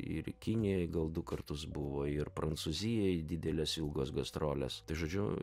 ir kinijoj gal du kartus buvo ir prancūzijoj didelės ilgos gastrolės žodžiu